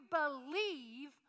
believe